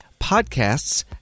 podcasts